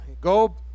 go